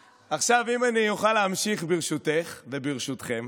עכשיו, אם אני אוכל להמשיך, ברשותך וברשותכם,